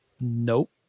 Nope